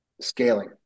scaling